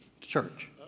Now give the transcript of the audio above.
church